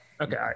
Okay